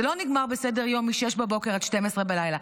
זה לא נגמר בסדר יום מ-06:00 עד 24:00,